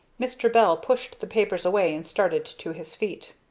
mr. bell pushed the papers away and started to his feet.